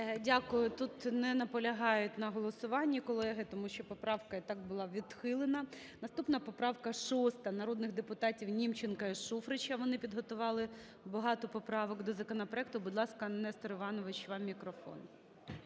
Дякую. Тут не наполягають на голосуванні колеги, тому що поправка і так була відхилена. Наступна поправка – 6, народних депутатівНімченка і Шуфрича. Вони підготували багато поправок до законопроекту. Будь ласка, Нестор Іванович, вам мікрофон.